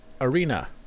arena